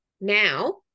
now